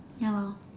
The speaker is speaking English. ya loh